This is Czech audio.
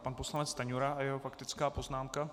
Pan poslanec Stanjura a jeho faktická poznámka.